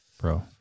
bro